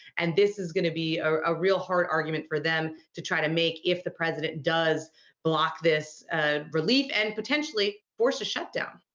and this is going to be a real hard argument for them to try to make if the president does block this relief and potentially force a shutdown.